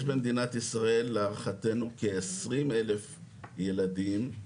יש במדינת ישראל להערכתנו כ-20,000 ילדים,